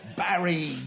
Barry